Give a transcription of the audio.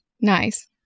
Nice